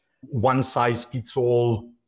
one-size-fits-all